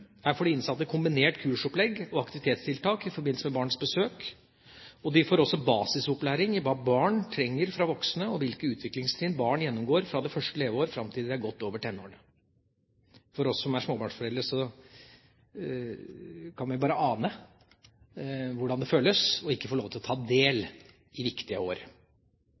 Her får de innsatte kombinert kursopplegg og aktivitetstiltak i forbindelse med barns besøk. De får også basisopplæring i hva barn trenger fra voksne, og hvilke utviklingstrinn barn gjennomgår fra det første leveår fram til de er godt over tenårene. For oss som er småbarnsforeldre, kan vi bare ane hvordan det føles ikke å få ta del i viktige år.